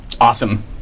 Awesome